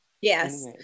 Yes